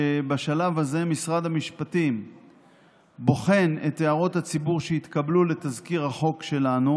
שבשלב הזה משרד המשפטים בוחן את הערות הציבור שהתקבלו לתזכיר החוק שלנו,